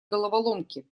головоломки